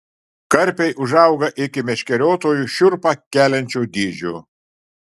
karpiai užauga iki meškeriotojui šiurpą keliančio dydžio